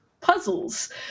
puzzles